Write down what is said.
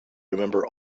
remember